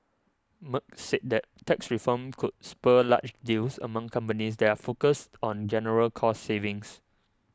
Merck said that tax reform could spur large deals among companies that are focused on general cost savings